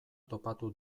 topatu